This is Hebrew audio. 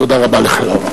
תודה רבה לכם.